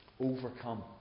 overcome